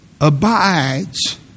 abides